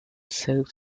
self